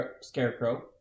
Scarecrow